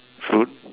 fruit